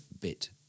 bit